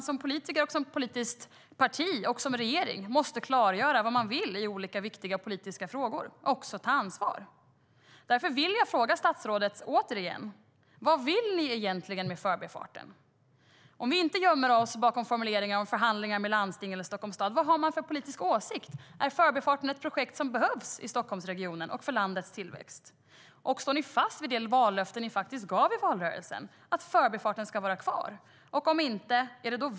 Som politiker, som politiskt parti och som regering måste man klargöra vad man vill i viktiga politiska frågor och ta ansvar. Därför vill jag åter fråga statsrådet: Vad vill ni egentligen med Förbifarten? Nu gömmer vi oss inte bakom formuleringar om förhandlingar med landsting eller Stockholms stad. Vad har ni för politisk åsikt? Är Förbifarten ett projekt som behövs i Stockholmsregionen och för landets tillväxt? Står ni fast vid det vallöfte ni faktiskt gav i valrörelsen, att Förbifarten ska vara kvar?